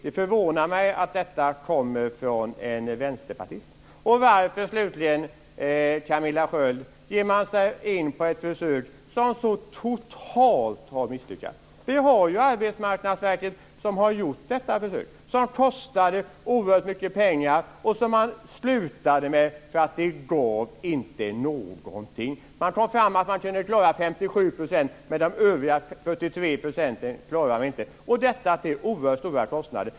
Det förvånar mig att detta kommer från en vänsterpartist. Slutligen: Varför ger man sig, Camilla Sköld Jansson, in på ett försök som så totalt har misslyckats? Arbetsmarknadsverket har gjort detta försök, som kostade oerhört mycket pengar, och man slutade med det därför att det inte gav någonting. Man kom fram till att man kunde klara 57 % men inte övriga 43 %. Detta gjordes till oerhört stora kostnader.